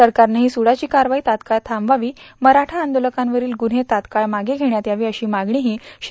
सरकारनं ही सुडाची कारवाई तात्काळ थांबवावी मराठा आंदोलकांवरील गुन्हे तात्काळ मागे घेण्यात यावेत अशी मागणीही श्री